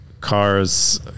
Cars